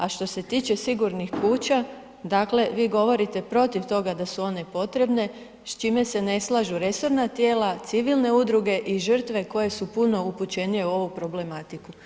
A što se tiče sigurnih kuća, dakle vi govorite protiv toga da su one potrebne s čime se ne slažu resorna tijela, civilne udruge i žrtve koje su puno upućenije u ovu problematiku.